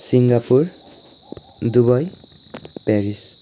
Singapore Dubai Paris